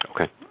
Okay